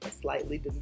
slightly